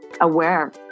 aware